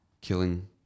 ...killing